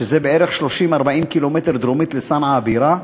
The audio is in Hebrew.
שזה בערך 40-30 קילומטר דרומית לצנעא הבירה.